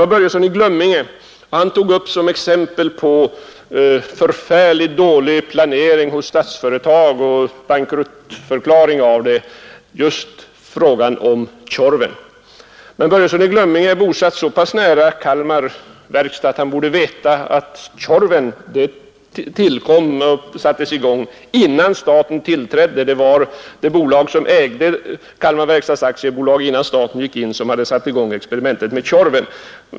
Herr Börjesson i Glömminge angav som exempel på förfärligt dålig planering hos statliga företag och som anledning till bankruttförklaring just frågan om projektet med Tjorven. Men herr Börjesson är bosatt så pass nära Kalmar att han borde veta att det var det bolag som ägde Kalmar verkstads AB, innan staten gick in, som hade satt i gång experimentet med Tjorven.